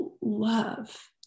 love